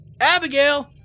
Abigail